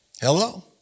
Hello